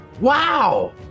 Wow